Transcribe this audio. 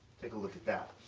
take a look at that.